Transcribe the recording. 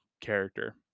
character